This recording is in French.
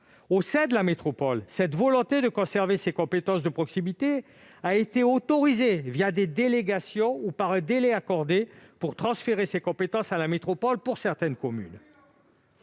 Au sein de la métropole, cette volonté de conserver ces compétences de proximité a été autorisée des délégations ou par un délai accordé pour transférer ces compétences à la métropole pour certaines communes.